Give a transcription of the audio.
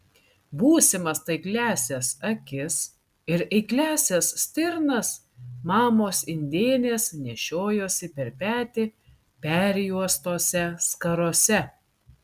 būsimas taikliąsias akis ir eikliąsias stirnas mamos indėnės nešiojosi per petį perjuostose skarose